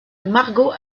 margot